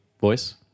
voice